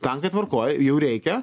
tankai tvarkoj jų reikia